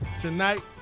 tonight